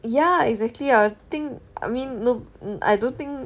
ya exactly ah I think I mean no I don't think